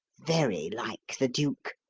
very like the duke.